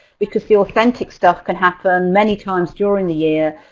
because the authentic stuff can happen many times during the year.